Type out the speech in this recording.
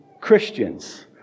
Christians